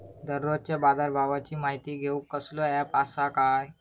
दररोजच्या बाजारभावाची माहिती घेऊक कसलो अँप आसा काय?